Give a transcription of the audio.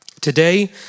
Today